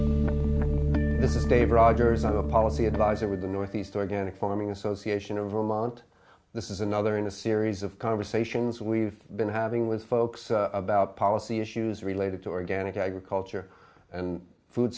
this is dave rogers i'm a policy advisor with the north east organic farming association of a moment this is another in a series of conversations we've been having with folks about policy issues related to organic agriculture and food